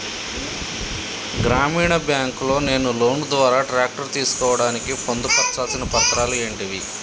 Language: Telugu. గ్రామీణ బ్యాంక్ లో నేను లోన్ ద్వారా ట్రాక్టర్ తీసుకోవడానికి పొందు పర్చాల్సిన పత్రాలు ఏంటివి?